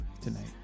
tonight